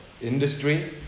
industry